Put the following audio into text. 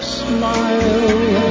smile